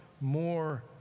more